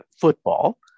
football